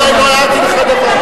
לא הערתי לך דבר.